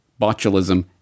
botulism